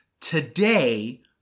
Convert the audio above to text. Today